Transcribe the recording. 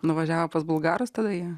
nuvažiavo pas bulgaras tada jie